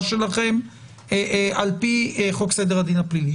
שלכם על פי חוק סדר הדין הפלילי.